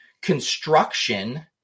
construction